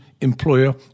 employer